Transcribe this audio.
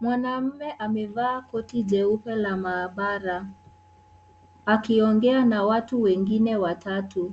Mwanamme amevaa koti jeupe la mahabara. Akiongea na watu wengine watatu.